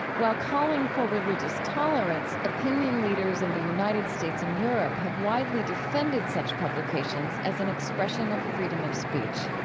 while calling for religious tolerance, opinion leaders in the united states and europe have widely defended such publication as an expression of freedom of speech